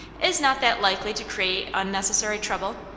is not that likely to create unnecessary trouble?